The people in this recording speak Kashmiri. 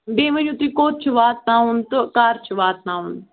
بیٚیہِ ؤنِو تُہۍ کوٚت چھُ واتناوُن تہٕ کر چھُ واتناوُن